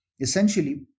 Essentially